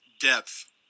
depth